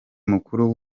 umukuru